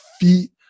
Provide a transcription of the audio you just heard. feet